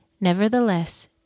Nevertheless